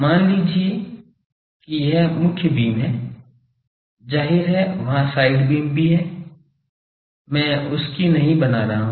मान लीजिए कि यह मुख्य बीम है जाहिर है वहाँ साइड बीम भी है मैं उसकी नहीं बना रहा हूँ